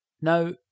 Now